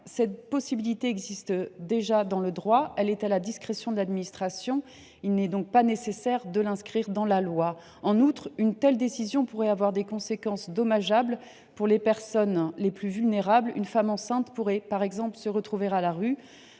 telle possibilité existe déjà dans le droit, elle est à la discrétion de l’administration. Il n’est donc pas nécessaire de l’inscrire dans la loi. En outre, une telle décision pourrait avoir des conséquences dommageables pour les personnes les plus vulnérables. Une femme enceinte pourrait, par exemple, se retrouver à la rue.